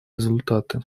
результаты